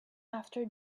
after